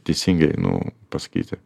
teisingai nu pasakyti